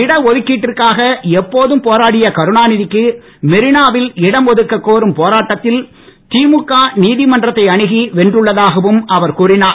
இட ஒதுக்கீட்டிற்காக எப்போதும் போராடிய கருணாநிதிக்கு மெரினாவில் இடம் ஒதுக்க கோரும் போராட்டத்தில் திமுக நீதிமன்றத்தை அணுகி வென்றுள்ளதாகவும் அவர் கூறினார்